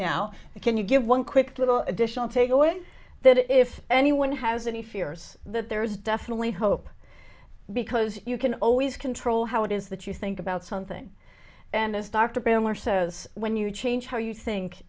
now can you give one quick little additional take away that if anyone has any fears that there is definitely hope because you can always control how it is that you think about something and as dr bill maher says when you change how you think